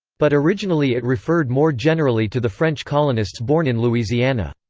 but originally it referred more generally to the french colonists born in louisiana.